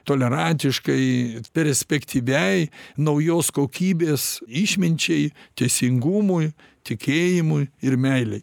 tolerantiškai perspektyviai naujos kokybės išminčiai teisingumui tikėjimui ir meilei